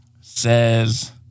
says